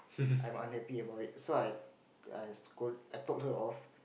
I'm unhappy about it so I I scold I talk her off